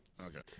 Okay